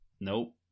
Nope